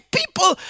people